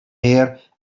more